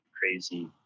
crazy